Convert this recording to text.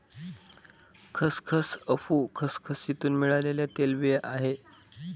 खसखस अफू खसखसीतुन मिळालेल्या तेलबिया आहे